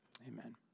Amen